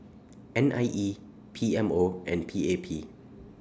N I E P M O and P A P